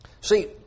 See